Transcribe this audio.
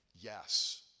Yes